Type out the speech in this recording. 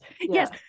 Yes